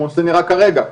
כמו שזה נראה כרגע,